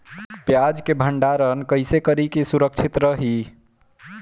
प्याज के भंडारण कइसे करी की सुरक्षित रही?